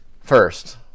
First